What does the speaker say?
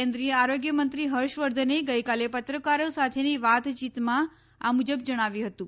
કેન્દ્રિય આરોગ્યમંત્રી હર્ષવર્ધને ગઇકાલે પત્રકારો સાથેની વાતયીતમાં આ મુજબ જણાવ્યું હતું